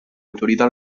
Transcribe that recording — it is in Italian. autorità